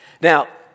Now